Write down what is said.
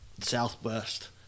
Southwest